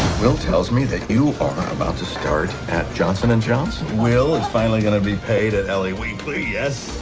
will tells me that you are about to start at johnson and johnson? will is finally going to be paid at la weekly, yes!